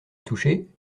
toucher